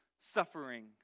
suffering